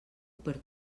per